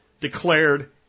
declared